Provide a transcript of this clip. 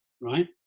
right